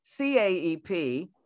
CAEP